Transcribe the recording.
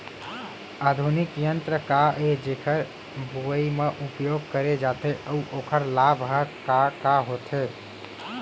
आधुनिक यंत्र का ए जेकर बुवाई म उपयोग करे जाथे अऊ ओखर लाभ ह का का होथे?